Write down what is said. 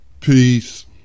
Peace